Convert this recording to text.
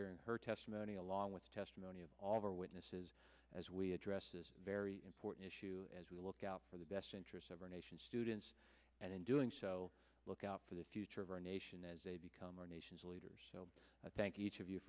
hearing her testimony along with the testimony of our witnesses as we address this very important issue as we look out for the best interests of our nation students and in doing so look out for the future of our nation as a become our nation's leaders i thank each of you